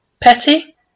Petty